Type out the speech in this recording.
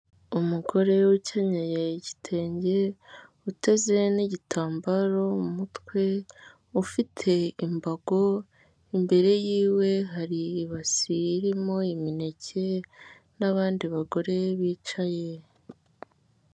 Umugore ukenyeye igitenge, uteze n'igitambaro mu mutwe, ufite imbago, imbere y'iwe hari ibase irimo imineke n'abandi bagore bicaye.